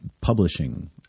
publishing